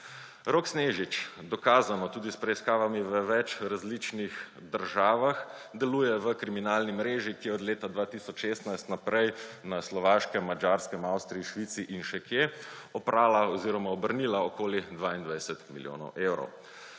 Rok Snežič dokazano tudi s preiskavami v več različnih državah deluje v kriminalni mreži, ki je od leta 2016 naprej na Slovaškem, Madžarskem, Avstriji, Švici in še kje oprala oziroma obrnila okoli 22 milijonov evrov.